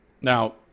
now